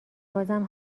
بازم